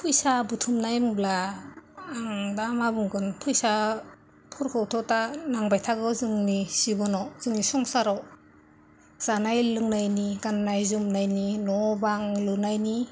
फैसा बुथुमनाय होनोब्ला दा मा बुंगोन फैसाफोरखौथ' दा नांबायथागौ जोंनि जिब'नाव जोंनि संसाराव जानाय लोंनायनि गाननाय जोमनायनि न' बां लुनायनि